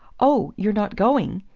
oh you're not going?